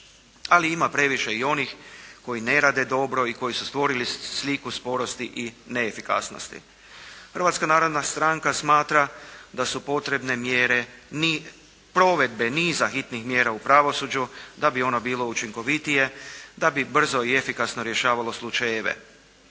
Ali ima previše i onih koji ne rade dobro i koji su stvorili sliku sporosti i neefikasnosti. Hrvatska narodna stranka smatra da su potrebne mjere provedbe niza hitnih mjera u pravosuđu da bi ono bilo učinkovitije, da bi brzo i efikasno rješavalo slučajeve.